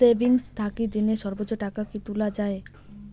Savings থাকি দিনে সর্বোচ্চ টাকা কি তুলা য়ায়?